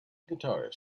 guitar